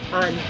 on